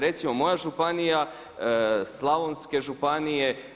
Recimo, moja županija, slavonske županije.